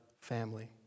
family